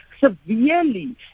severely